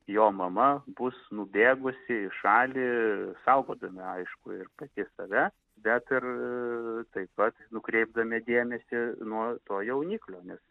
jo mama bus nubėgusi į šalį saugodami aišku ir pati save bet ir taip pat nukreipdami dėmesį nuo to jauniklio nes